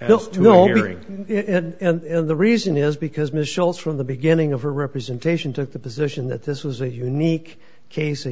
to all three and the reason is because michelle's from the beginning of her representation took the position that this was a unique case